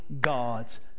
God's